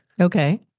Okay